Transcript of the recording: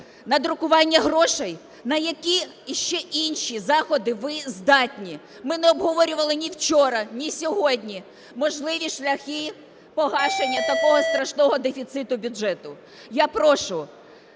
на друкування грошей? На які ще інші заходи ви здатні? Ми не обговорювали ні вчора, ні сьогодні можливі шляхи погашення такого страшного дефіциту бюджету. Я прошу,